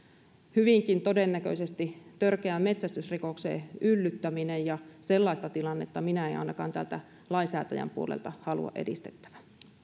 hyvinkin todennäköisesti törkeä metsästysrikokseen yllyttäminen ja sellaista tilannetta minä en ainakaan täältä lainsäätäjän puolelta halua edistettävän